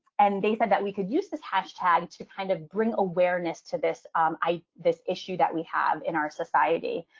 and they said that we could use this hashtag to kind of bring awareness to this um this issue that we have in our society.